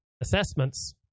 assessments